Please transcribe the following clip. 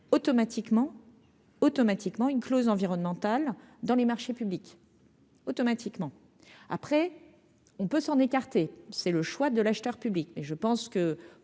automatiquement automatiquement une clause environnementale dans les marchés publics, automatiquement, après, on peut s'en écarter, c'est le choix de l'acheteur public mais je pense que